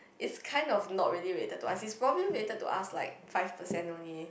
is kinds of not really weight the talk I is probably weighted to ask like five percent only